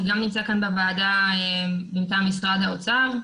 שגם נמצא כאן בוועדה מטעם משרד האוצר.